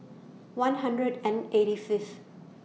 one hundred and eighty Fifth